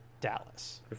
Dallas